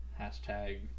Hashtag